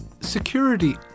Security